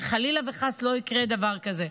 שחלילה וחס לא יקרה דבר כזה.